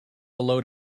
load